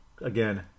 again